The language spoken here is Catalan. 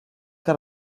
que